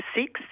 six